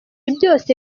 byose